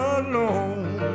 alone